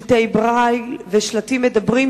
שלטי ברייל ושלטים מדברים,